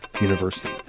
University